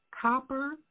Copper